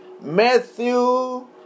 Matthew